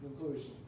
conclusion